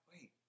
wait